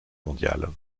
mondiale